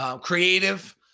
creative